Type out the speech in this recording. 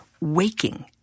Waking